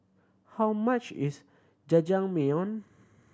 how much is Jajangmyeon